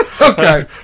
Okay